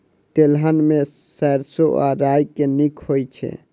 तेलहन मे सैरसो आ राई मे केँ नीक होइ छै?